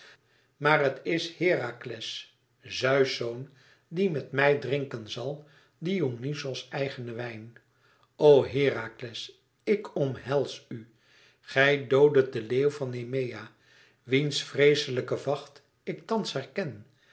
maar het is herakles zeus zoon die met mij drinken zal dionyzos eigenen wijn o herakles ik omhels u gij dooddet den leeuw van nemea wiens vreeslijke vacht ik thans herken